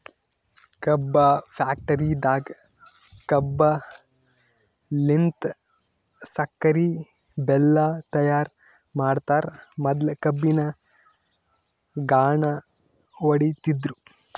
ಕಬ್ಬ್ ಫ್ಯಾಕ್ಟರಿದಾಗ್ ಕಬ್ಬಲಿನ್ತ್ ಸಕ್ಕರಿ ಬೆಲ್ಲಾ ತೈಯಾರ್ ಮಾಡ್ತರ್ ಮೊದ್ಲ ಕಬ್ಬಿನ್ ಘಾಣ ಹೊಡಿತಿದ್ರು